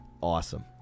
awesome